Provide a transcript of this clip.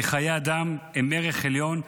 כי חיי אדם הם ערך עליון,